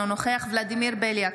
אינו נוכח ולדימיר בליאק,